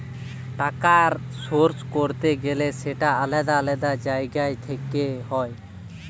টাকার সোর্স করতে গেলে সেটা আলাদা আলাদা জায়গা থেকে হয়